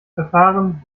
verfahren